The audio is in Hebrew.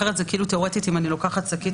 כי כרגע זה כולל תאורטית מצב שבו אני לוקחת שקית